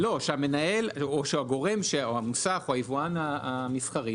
-- שהמנהל או שהגורם או המוסך או היבואן המסחרי,